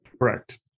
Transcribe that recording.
Correct